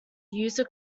user